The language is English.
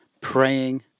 praying